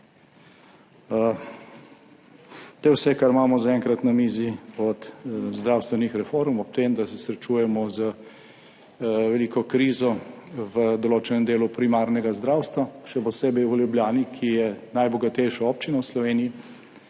je vse, kar imamo zaenkrat na mizi od zdravstvenih reform, ob tem, da se srečujemo z veliko krizo v določenem delu primarnega zdravstva, še posebej v Ljubljani, ki je najbogatejša občina v Sloveniji,